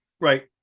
Right